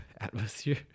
atmosphere